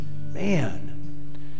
man